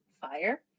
fire